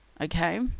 Okay